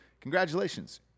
congratulations